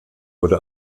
wurde